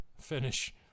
finish